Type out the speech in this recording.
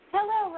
Hello